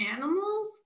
animals